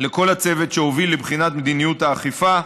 לכל הצוות שהוביל לבחינת מדיניות האכיפה,